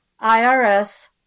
IRS